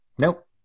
Nope